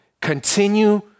continue